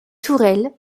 tourelle